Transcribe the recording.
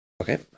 Okay